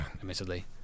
admittedly